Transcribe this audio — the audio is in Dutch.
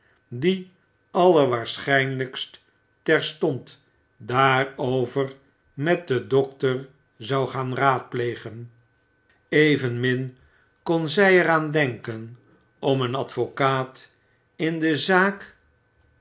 die allerwaarschijnlijkst terstond daarover met den dokter zou gaan raadplegen evenmin kon zij er aan denken om een advocaat in de zaak